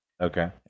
Okay